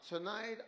Tonight